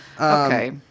Okay